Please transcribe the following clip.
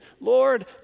Lord